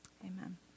amen